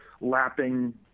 lapping